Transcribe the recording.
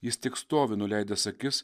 jis tik stovi nuleidęs akis